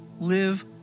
live